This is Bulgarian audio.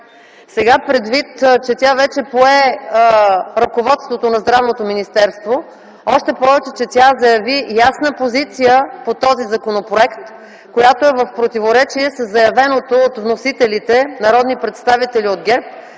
Сега, предвид това, че тя вече пое ръководството на Здравното министерство, още повече, че тя заяви ясна позиция по този законопроект, която е в противоречие със заявеното от вносителите народни представители от ГЕРБ,